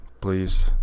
please